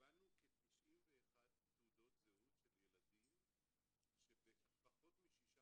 קיבלנו כ-91 תעודות זהות של ילדים שהפחות משישה